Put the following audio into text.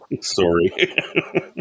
Sorry